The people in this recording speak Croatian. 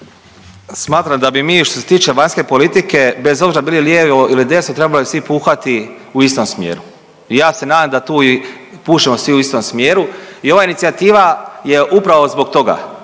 Smatram da bi mi što se tiče vanjske politike bez obzira bili lijevo ili desno trebali svi puhati u istom smjeru. I ja se nadam da tu i pušemo svi u istom smjeru. I ova inicijativa je upravo zbog toga